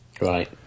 Right